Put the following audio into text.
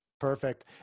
Perfect